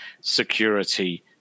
security